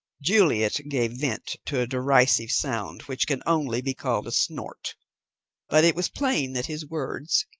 juliet gave vent to a derisive sound which can only be called a snort but it was plain that his words,